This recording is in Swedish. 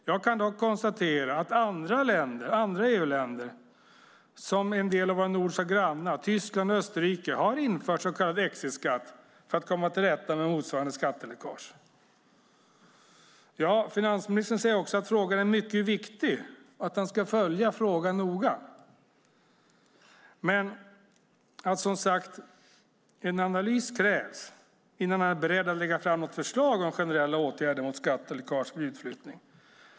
Jag kan dock konstatera att andra EU-länder, exempelvis en del av våra nordiska grannar, Tyskland och Österrike, har infört en så kallad exitskatt för att komma till rätta med motsvarande skatteläckage. Finansministern säger också att frågan är mycket viktig och att han ska följa frågan noga men att en analys krävs innan han är beredd att lägga fram något förslag om generella åtgärder mot skatteläckage vid utflyttning.